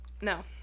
no